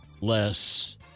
less